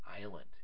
island